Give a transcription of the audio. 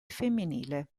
femminile